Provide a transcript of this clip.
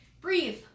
breathe